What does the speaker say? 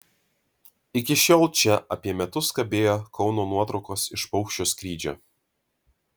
iki šiol čia apie metus kabėjo kauno nuotraukos iš paukščio skrydžio